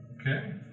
Okay